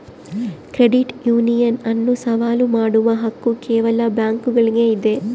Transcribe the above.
credit union ಅನ್ನು ಸವಾಲು ಮಾಡುವ ಹಕ್ಕು ಕೇವಲ ಬ್ಯಾಂಕುಗುಳ್ಗೆ ಇದ